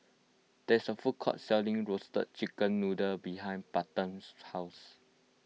there is a food court selling Roasted Chicken Noodle behind Payten's house